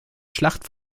schlacht